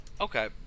Okay